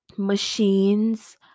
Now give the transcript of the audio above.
machines